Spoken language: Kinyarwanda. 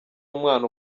umwana